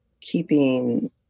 keeping